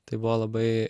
tai buvo labai